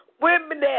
Women